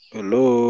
Hello